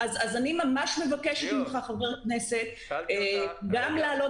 אז אני ממש מבקשת ממך חבר הכנסת גם לעלות